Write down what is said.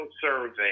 survey